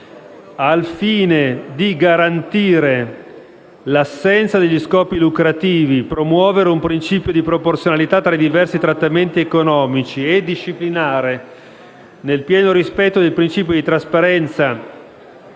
al fine di garantire l'assenza degli scopi lucrativi, promuovere un principio di proporzionalità tra i diversi trattamenti economici e disciplinare, nel pieno rispetto dei principi di trasparenza,